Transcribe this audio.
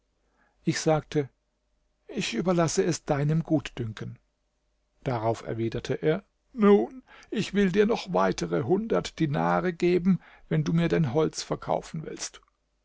ich sagte ich überlasse es deinem gutdünken darauf erwiderte er nun ich will dir noch weitere hundert dinare geben wenn du mir dein holz verkaufen willst